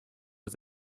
was